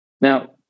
Now